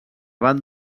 van